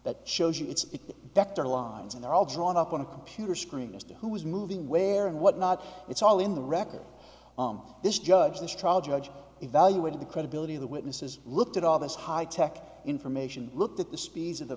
that shows you it's dr lines and they're all drawn up on a computer screen as to who is moving where and what not it's all in the record this judge this trial judge evaluated the credibility of the witnesses looked at all this high tech information looked at the